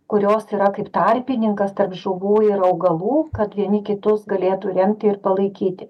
kurios yra kaip tarpininkas tarp žuvų ir augalų kad vieni kitus galėtų remti ir palaikyti